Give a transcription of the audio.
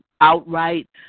Outright